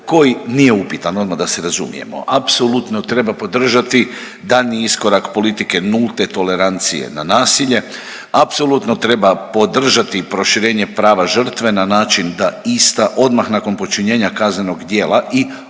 koji nije upitan, odmah da se razumijemo. Apsolutno treba podržati daljnji iskorak politike nulte tolerancije na nasilje. Apsolutno treba podržati i proširenje prava žrtve na način da ista odmah nakon počinjenja kaznenog djela i